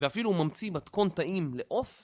ואפילו ממציא מתכון טעים לעוף